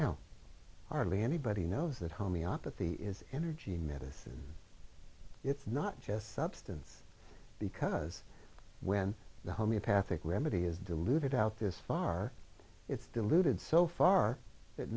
one now arlie anybody knows that homeopathy is energy medicine it's not just substance because when the homeopathic remedy is diluted out this far it's diluted so far that